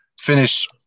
finish